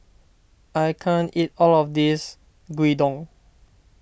I can't eat all of this Gyudon